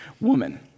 Woman